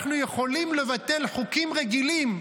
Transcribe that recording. אנחנו יכולים לבטל חוקים רגילים,